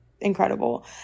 incredible